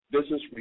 business